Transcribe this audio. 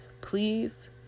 Please